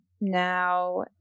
now